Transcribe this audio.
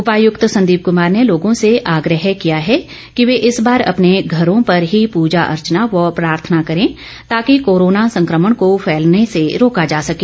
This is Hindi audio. उपायुक्त संदीप कुमार ने लोगों से आग्रह किया है कि वे इस बार अपने घरों पर ही पूजा अर्चना व प्रार्थना करें ताकि कोरोना संक्रमण को फैलने से रोका जा सके